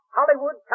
Hollywood